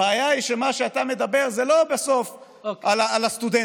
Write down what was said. הבעיה היא שמה שאתה מדבר עליו זה בסוף לא על הסטודנטים,